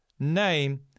name